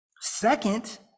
second